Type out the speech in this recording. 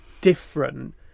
different